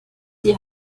die